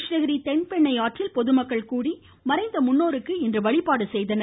கிருஷ்ணகிரி தென்பெண்ணை ஆற்றில் பொதுமக்கள் கூடி மறைந்த முன்னோர்களுக்கு வழிபபாடு செய்தனர்